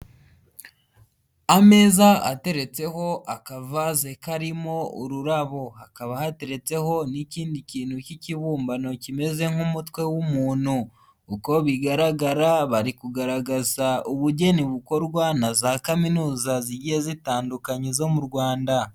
Ameza ateretseho akavase karimo ururabo, hakaba hateretseho n'ikindi kintu cy'ikibumbano kimeze nk'umutwe w'umuntu, uko bigaragara bari kugaragaza ubugeni bukorwa na za kaminuza, zigiye zitandukanye zo mu Rwanda.